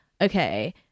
okay